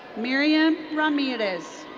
miriam ramirez.